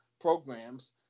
programs